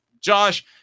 Josh